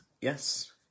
Yes